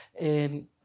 And-